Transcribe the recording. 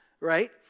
right